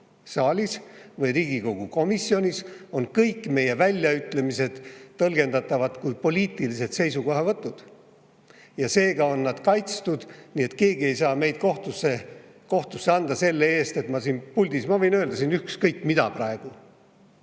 saalis või Riigikogu komisjonis, on kõik meie väljaütlemised tõlgendatavad kui poliitilised seisukohavõtud. Seega me oleme kaitstud. Nii et keegi ei saa mind kohtusse anda selle eest, mis ma siin puldis [ütlen]. Ma võin öelda siin ükskõik mida praegu,